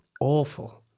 Awful